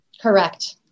Correct